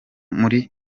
muri